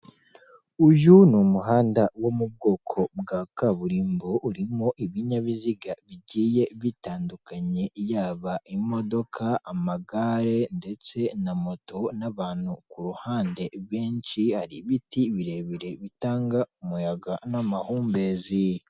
Uyu ni umuhanda wo mu bwoko bwa kaburimbo urimo ibinyabiziga bigiye bitandukanye yaba imodoka, amagare ndetse na moto n'abantu ku ruhande benshi hari ibiti birebire bitanga umuyaga n'amahumbezi.